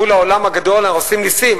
מול העולם הגדול אנחנו עושים נסים,